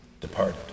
departed